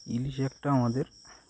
ইলিশ একটা আমাদের